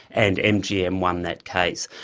and mgm won that case.